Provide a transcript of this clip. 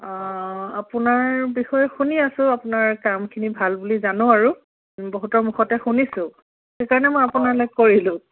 আপোনাৰ বিষয়ে শুনি আছোঁ আপোনাৰ কামখিনি ভাল বুলি জানো আৰু বহুতৰ মুখতে শুনিছোঁ সেইকাৰণে মই আপোনালৈ কৰিলোঁ